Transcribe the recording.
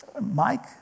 Mike